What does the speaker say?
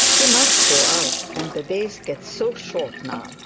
she must go out and the days get so short now